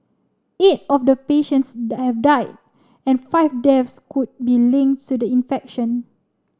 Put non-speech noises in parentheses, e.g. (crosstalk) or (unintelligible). eight of the patients (unintelligible) have died and five deaths could be linked to the infection